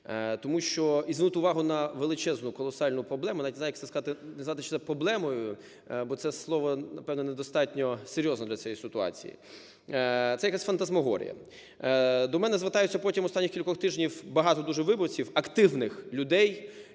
тому що... і звернути увагу на величезну, колосальну проблему, навіть не знаю, як це сказати, назвати чи це проблемою, бо це слово, напевно, недостатньо серйозно для цієї ситуації, це якась фантасмагорія. До мене звертаються протягом останніх кількох тижнів багато дуже виборців – активних людей,